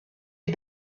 est